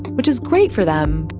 which is great for them.